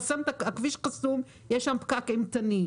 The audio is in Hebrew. יש שם פקק אימתני.